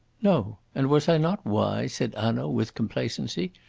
no. and was i not wise? said hanaud, with complacency.